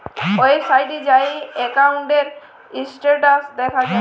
ওয়েবসাইটে যাঁয়ে একাউল্টের ইস্ট্যাটাস দ্যাখা যায়